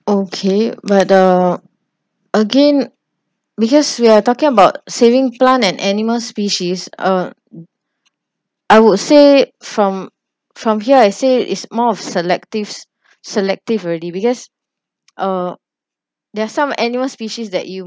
okay but uh again because we are talking about saving plant and animal species uh I would say from from here I said it's more of selectives selective already because uh there are some animal species that you